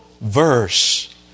verse